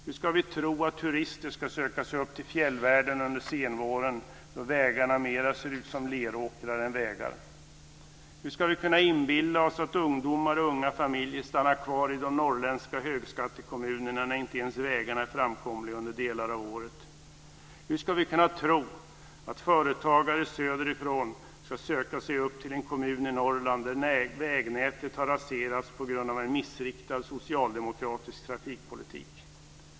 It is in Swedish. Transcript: Hur ska vi tro att turister ska söka sig upp till fjällvärlden under senvåren, då vägarna mera ser ut som leråkrar än vägar? Hur ska vi kunna inbilla oss att ungdomar och unga familjer stannar kvar i de norrländska högskattekommunerna när inte ens vägarna är framkomliga under delar av året? Hur ska vi kunna tro att företagare söderifrån ska söka sig upp till en kommun i Norrland där vägnätet har raserats på grund av en missriktad socialdemokratisk trafikpolitik?